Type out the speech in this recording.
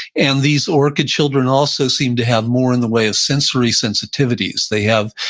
and these orchid children also seem to have more in the way of sensory sensitivities. they have,